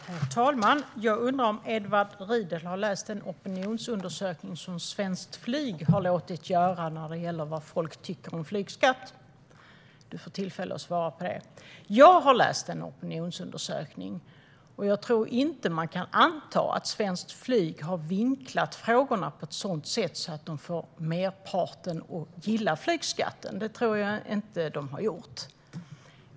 Herr talman! Jag undrar om Edward Riedl har läst den opinionsundersökning som Svenskt Flyg har låtit göra när det gäller vad folk tycker om flygskatt. Du ska få tillfälle att svara på det. Jag har läst denna opinionsundersökning, och jag tror inte att man kan anta att Svenskt Flyg har vinklat frågorna på ett sådant sätt att de får merparten av dem som svarar att gilla flygskatten.